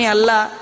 Allah